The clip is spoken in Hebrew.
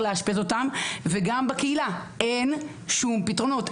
לאשפז אותם וגם בקהילה אין שם פתרונות,